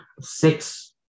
six